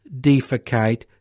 defecate